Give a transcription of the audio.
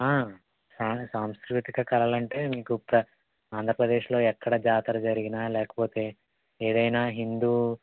సా సాంస్కృతిక కళలు అంటే మీకు ఆంధ్రప్రదేశ్లో ఎక్కడ జాతర జరిగినా లేకపోతే ఏదైనా హిందూ